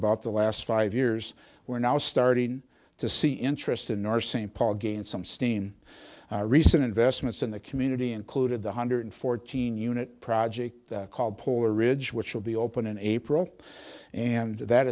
about the last five years we're now starting to see interest in nurse st paul gain some steen recent investments in the community included the hundred fourteen unit project called polar ridge which will be open in april and that